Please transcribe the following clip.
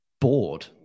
bored